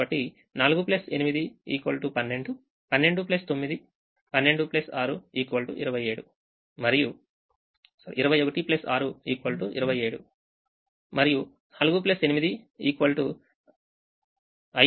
కాబట్టి 4 8 12 12 9 21 6 27 మరియు 4 8 5 7